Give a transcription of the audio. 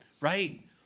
right